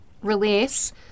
release